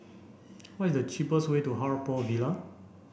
what is the cheapest way to Haw Par Villa